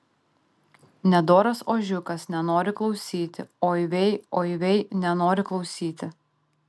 nedoras ožiukas nenori klausyti oi vei oi vei nenori klausyti